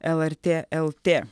lrt lt